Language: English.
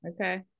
Okay